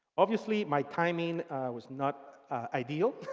obviously my timing was not ideal.